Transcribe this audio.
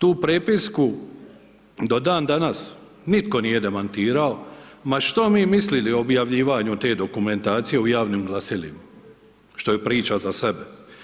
Tu prepisku do dandanas nitko nije demantirao ma što mi mislili o objavljivanju te dokumentacije u javnim glasilima, što je priča za sebe.